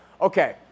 okay